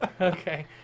Okay